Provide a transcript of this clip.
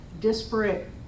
disparate